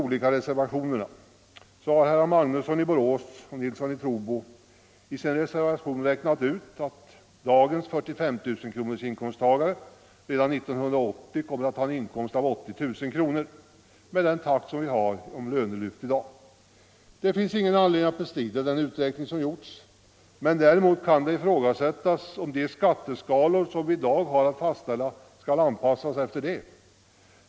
Herrar Magnusson i Borås och Nilsson i Trobro har i sin reservation räknat ut att dagens 45 000-kronors inkomsttagare under 1980 kommer att ha en inkomst av 80000 kronor med den takt som vi har i fråga om lönelyft i dag. Det finns ingen anledning att bestrida den uträkning som gjorts, men däremot kan det ifrågasättas om de skatteskalor som vi i dag har att fastställa skall anpassas därefter.